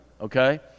Okay